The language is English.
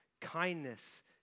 kindness